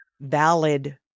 valid